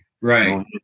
Right